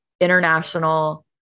international